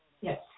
Yes